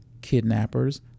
kidnappers